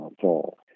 fall